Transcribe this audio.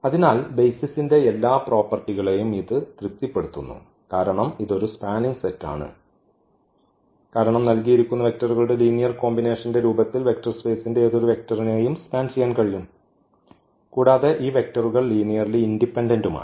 അതിനാൽ ബെയ്സിസിന്റെ എല്ലാ പ്രോപ്പർട്ടികളെയും ഇത് തൃപ്തിപ്പെടുത്തുന്നു കാരണം ഇത് ഒരു സ്പാനിംഗ് സെറ്റാണ് കാരണം നൽകിയിരിക്കുന്ന വെക്റ്ററുകളുടെ ലീനിയർ കോമ്പിനേഷൻ രൂപത്തിൽ വെക്റ്റർ സ്പേസ്ന്റെ ഏതൊരു വെക്റ്റർനിയും സ്പാൻ ചെയ്യാൻ കഴിയും കൂടാതെ ഈ വെക്റ്ററുകൾ ലീനിയർലി ഇൻഡിപെൻഡന്റുമാണ്